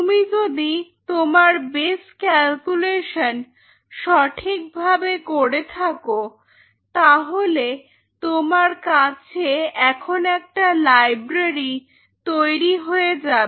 তুমি যদি তোমার বেস্ ক্যালকুলেশন সঠিকভাবে করে থাকো তাহলে তোমার কাছে এখন একটা লাইব্রেরি তৈরি হয়ে যাবে